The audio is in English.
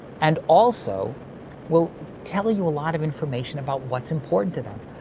and also will tell you a lot of information about what's important to them.